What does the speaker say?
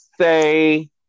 say